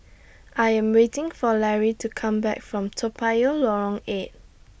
I Am waiting For Larry to Come Back from Toa Payoh Lorong eight